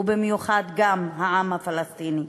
ובמיוחד גם העם הפלסטיני.